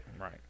Right